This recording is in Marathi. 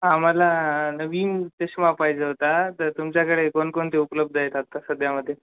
आम्हाला नवीन चष्मा पाहिजे होता तर तुमच्याकडे कोणकोणते उपलब्ध आहेत आता सध्यामध्ये